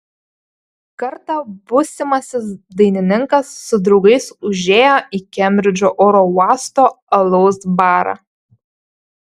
kartą būsimasis dainininkas su draugais užėjo į kembridžo oro uosto alaus barą